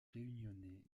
réunionnais